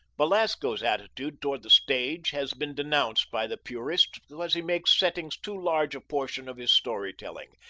belasco's attitude toward the stage has been denounced by the purists because he makes settings too large a portion of his story-telling,